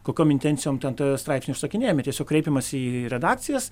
kokiom intencijom ten tie straipsniai užsakinėjami tiesiog kreipiamasi į redakcijas